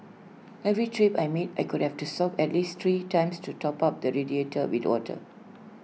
every trip I made I could have to stop at least three times to top up the radiator with water